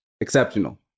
exceptional